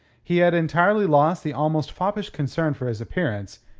he had entirely lost the almost foppish concern for his appearance,